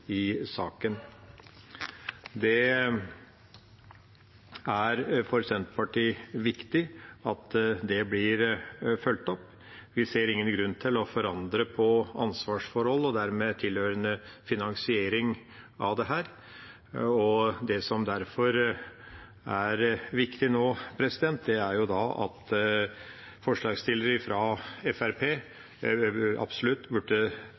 i saken. Det er for Senterpartiet viktig at det blir fulgt opp. Vi ser ingen grunn til å forandre på ansvarsforhold og dermed tilhørende finansiering av dette. Det som derfor er viktig nå, er at forslagsstillerne fra Fremskrittspartiet absolutt burde støtte forslaget til vedtak, som da ville kunne få flertall i salen. Subsidiært burde